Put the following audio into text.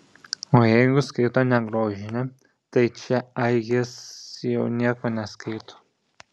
o jeigu skaito ne grožinę tai čia ai jis jau nieko neskaito